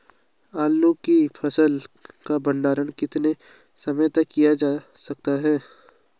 आलू की फसल का भंडारण कितने समय तक किया जा सकता है?